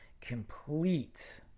complete